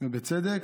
ובצדק.